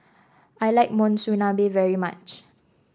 I like Monsunabe very much